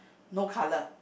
no color